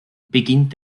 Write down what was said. beginnt